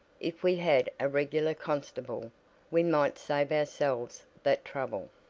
if we had a regular constable we might save ourselves that trouble.